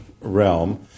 realm